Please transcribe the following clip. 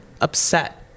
upset